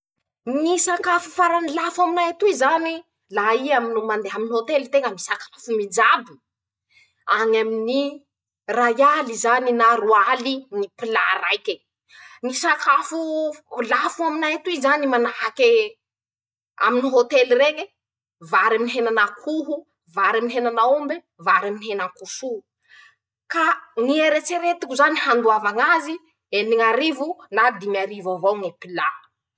Ñy sakafo farany lafo aminay atoy zany, laha i ami mandeha aminy hôtely teña misakafo mijabo, añy aminy ray aly zany na roa aly ñy pila raiky e, ñy sakafo lafo aminay atoy zany manahake, aminy hôtely reñy vary aminy henan'akoho, vary aminy henan'aômbe, vary aminy henan-koso, ka ñy eretreretiko zany handoava ñaze, eniñ'arivo na dimy arivo avao ñy pila <...>.